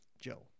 Joe